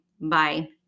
Bye